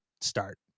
start